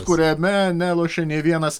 kuriame nelošia nė vienas